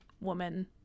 woman